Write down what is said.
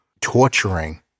torturing